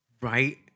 Right